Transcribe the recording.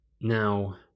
Now